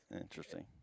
interesting